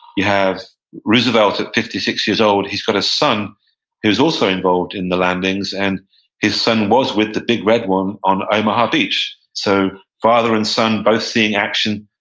you have roosevelt at fifty six years old, he's got a son who's also involved in the landings. and his son was with the big red one on omaha beach. so father and son both seeing action,